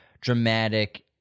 dramatic